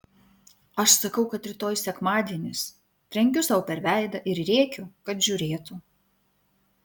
aš sakau kad rytoj sekmadienis trenkiu sau per veidą ir rėkiu kad žiūrėtų